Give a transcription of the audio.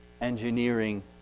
engineering